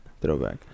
throwback